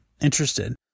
interested